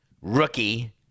rookie